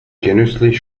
genüsslich